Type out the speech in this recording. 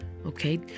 okay